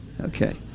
Okay